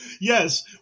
Yes